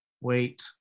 wait